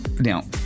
now